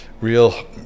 real